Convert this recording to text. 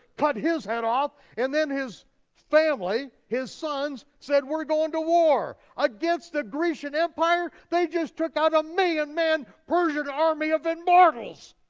cut his head off, and then his family, his sons, said we're going to war against the grecian empire, they just took out a million man persian army of immortals.